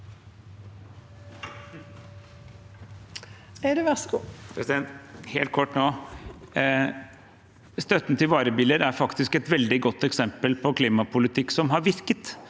Støtten til varebiler er faktisk et veldig godt eksempel på klimapolitikk som har virket,